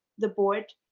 the board,